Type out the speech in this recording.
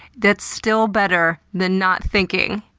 that's still better than not thinking.